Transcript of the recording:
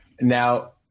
Now